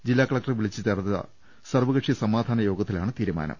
ജില്ലാ കലക്ടർ വിളിച്ചു ചേർത്ത് സർവ്വകക്ഷി സമാധാന യോഗത്തിലാണ് തീരുമാനം